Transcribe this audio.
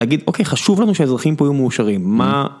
אגיד, אוקיי, חשוב לנו שאזרחים פה יהיו מאושרים, מה...